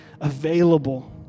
available